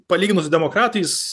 palyginus su demokratais